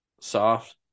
soft